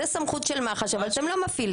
זו סמכות של מח"ש, אבל אתם לא מפעילים.